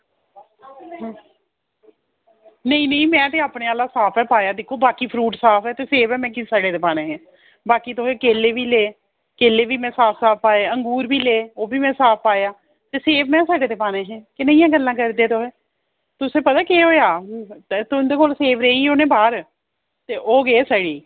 नेईं नेईं में अपने कोला साफ गै पाया दिक्खो बाकी फ्रूट साफ ऐ ते भी सेव गै सड़े दे में कीऽ पाने हे बाकी तुसें केले बी ले केले बी में साफ साफ पाए अंगूर बी ले ते ओह्बी में साफ पाया ते सेव में सड़े दे पाने हे कनेहियां गल्लां करदे तुस तुसें ई पता केह् होआ तुंदे कोल सेव रेहिये होने बाह्र ते ओह् गे सड़ी